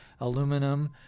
aluminum